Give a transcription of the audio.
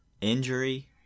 injury